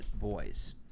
boys